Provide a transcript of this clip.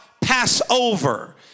Passover